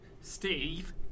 Steve